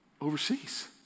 overseas